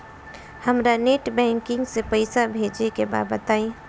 हमरा net banking से पईसा भेजे के बा बताई?